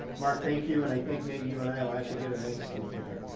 mark thank you, and i think maybe you and i will actually get a night's sleep tonight,